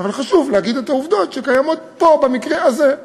אבל חשוב להגיד את העובדות שקיימות פה, במקרה הזה.